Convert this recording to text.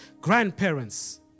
grandparents